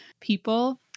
people